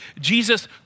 Jesus